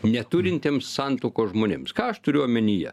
neturintiems santuokos žmonėms ką aš turiu omenyje